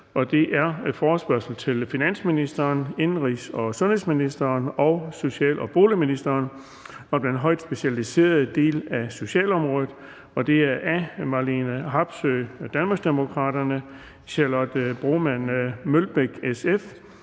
nr. F 7: Forespørgsel til finansministeren, indenrigs- og sundhedsministeren og social- og boligministeren om den højt specialiserede del af socialområdet. Af Marlene Harpsøe (DD), Charlotte Broman Mølbæk (SF),